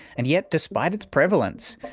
and yet, despite its prevalence,